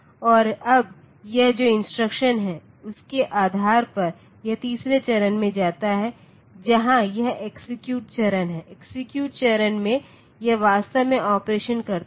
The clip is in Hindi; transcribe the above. और अब यह जो इंस्ट्रक्शन है उसके आधार पर यह तीसरे चरण में जाता है जहां यह एक्सेक्यूट चरण है एक्सेक्यूट चरण में यह वास्तव में ऑपरेशन करता है